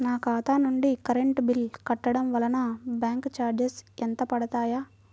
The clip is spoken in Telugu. నా ఖాతా నుండి కరెంట్ బిల్ కట్టడం వలన బ్యాంకు చార్జెస్ ఎంత పడతాయా?